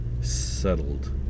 settled